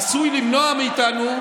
עשוי למנוע מאיתנו,